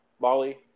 bali